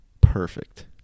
perfect